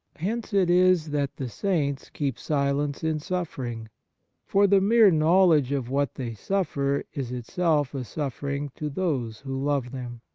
hence it is that the saints keep silence in suffering for the mere knowledge of what they suffer is itself a suffering to those who love them.